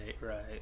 right